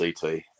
CT